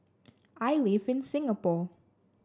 I live in Singapore